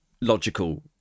logical